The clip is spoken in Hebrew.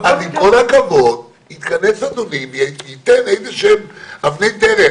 שהתמ"א תאושר בשני טאקטים כשבטאקט הראשון ייקבעו רק מתחמי ההשפעה,